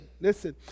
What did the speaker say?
listen